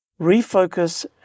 refocus